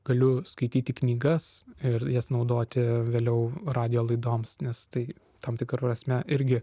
galiu skaityti knygas ir jas naudoti vėliau radijo laidoms nes tai tam tikra prasme irgi